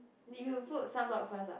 you put sunblock first ah